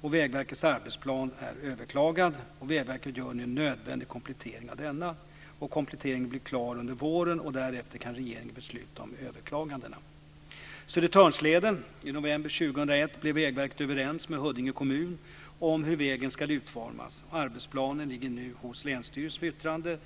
Vägverkets arbetsplan är överklagad. Vägverket gör nu en nödvändig komplettering av denna. Kompletteringen blir klar under våren, och därefter kan regeringen besluta om överklagandena. Huddinge kommun om hur Södertörnsleden ska utformas. Arbetsplanen ligger nu hos länsstyrelsen för yttrande.